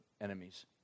enemies